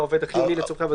בעובד החיוני לצרכי עבודתו.